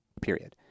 period